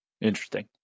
Interesting